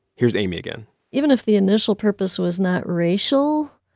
here's amy again even if the initial purpose was not racial,